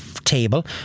table